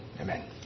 Amen